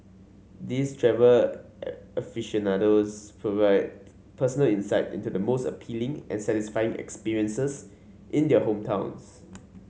these travel aficionados provide personal insight into the most appealing and satisfying experiences in their hometowns